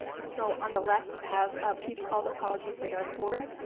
and so on the left, you have a piece called apology for darfur.